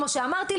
כמו שאמרתי,